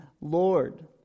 Lord